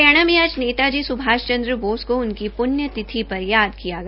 हरियाणा में आज नेता जी सुभाष चन्द्र बोस को उनकी प्रण्यतिथि पर याद किया गया